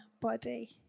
body